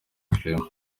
clement